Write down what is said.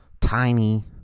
tiny